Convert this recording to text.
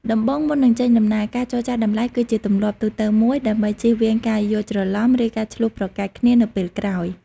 ដំបូង មុននឹងចេញដំណើរ ការចរចាតម្លៃ គឺជាទម្លាប់ទូទៅមួយដើម្បីជៀសវាងការយល់ច្រឡំ ឬការឈ្លោះប្រកែកគ្នានៅពេលក្រោយ។